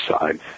side